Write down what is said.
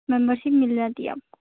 ممبر شپ مِل جاتی آپ کو